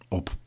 op